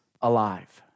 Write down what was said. alive